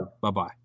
Bye-bye